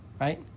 Right